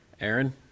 Aaron